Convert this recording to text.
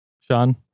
Sean